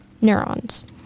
neurons